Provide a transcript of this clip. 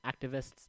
activists